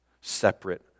separate